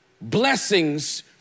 blessings